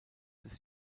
des